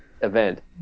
event